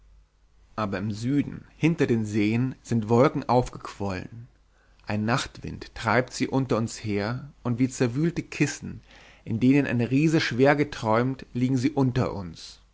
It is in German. aber im süden hinter den seen sind wolken aufgequollen ein nachtwind treibt sie unter uns her und wie zerwühlte kissen in denen ein riese schwer geträumt liegen sie unter uns